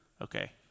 Okay